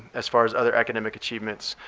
as far as other academic achievements,